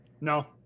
No